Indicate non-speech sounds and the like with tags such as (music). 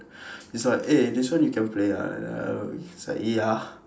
he's like eh this one you can play ah (noise) he's like ya